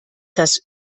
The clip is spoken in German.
das